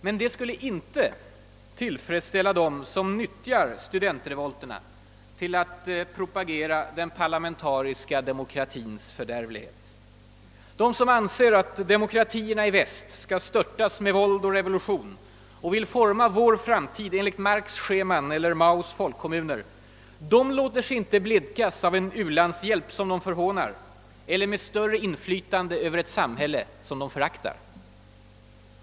Men det skulle inte tillfredsställa dem som nyttjar studentrevolterna till att propagera den parlamentariska demokratins fördärvlighet. De som anser att demokratierna i väst skall störtas med våld och revolution och vill forma vår framtid enligt Marx” scheman eller Maos folkkommuner låter sig inte blidkas med en u landshjälp, som de förhånar, eller med större inflytande över ett samhälle, som de föraktar.